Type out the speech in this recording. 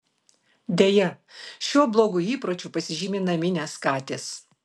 deja šiuo blogu įpročiu pasižymi naminės katės